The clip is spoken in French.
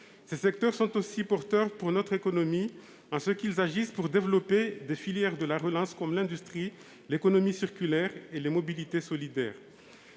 Ces secteurs sont aussi porteurs pour notre économie, en ce qu'ils agissent pour développer des filières de la relance, comme l'industrie, l'économie circulaire et les mobilités solidaires.